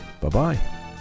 Bye-bye